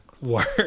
work